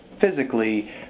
physically